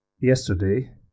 yesterday